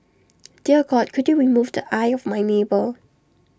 dear God could you remove the eye of my neighbour